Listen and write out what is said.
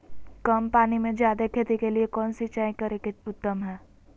कम पानी में जयादे खेती के लिए कौन सिंचाई के तरीका उत्तम है?